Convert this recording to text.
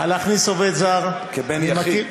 להכניס עובד זר, כבן יחיד.